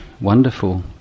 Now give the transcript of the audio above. wonderful